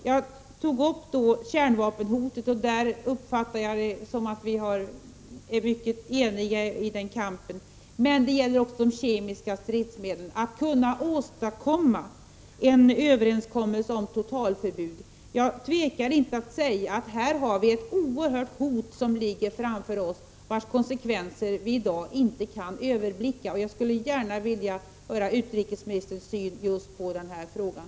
Jag tog upp frågan om kärnvapenhotet, och på den punkten uppfattar jag det som att vi är mycket eniga i kampen, men det gäller också de kemiska stridsmedlen. Här måste vi försöka åstadkomma en överenskommelse om totalförbud. Jag tvekar inte att säga att ett oerhört hot här ligger framför oss, vars konsekvenser vi i dag inte kan överblicka. Jag skulle gärna vilja höra utrikesministerns syn just på den frågan.